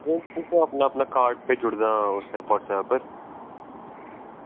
अपना अपना कार्ड भेजी ओड़गा उस पर व्हाट्सऐप उप्पर